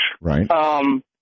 Right